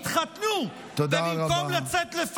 התחתנו, ובמקום לצאת, תודה רבה.